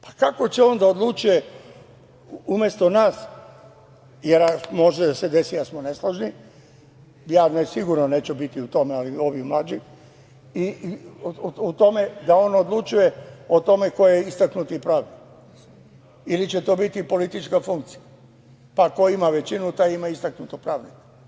Pa kako će on da odlučuje umesto nas, jer može da se desi da smo nesložni, ja sigurno neću biti tu, nego ovi mlađi, kako da on odlučuje o tome ko je istaknuti pravnik ili će to biti politička funkcija, pa ko ima većinu taj ima istaknutog pravnika.